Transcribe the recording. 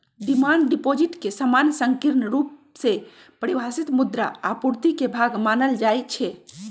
demand deposit के सामान्य संकीर्ण रुप से परिभाषित मुद्रा आपूर्ति के भाग मानल जाइ छै